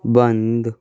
बन्द